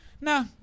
No